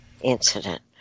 incident